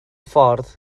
ffordd